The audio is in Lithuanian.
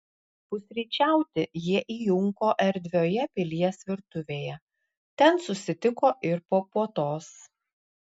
pusryčiauti jie įjunko erdvioje pilies virtuvėje ten susitiko ir po puotos